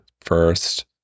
first